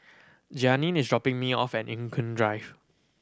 Jeannine is dropping me off at Eng Kong Drive